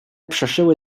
przeszyły